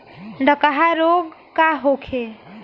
डकहा रोग का होखे?